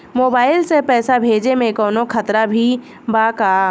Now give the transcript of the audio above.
Mobile से पैसा भेजे मे कौनों खतरा भी बा का?